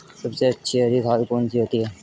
सबसे अच्छी हरी खाद कौन सी होती है?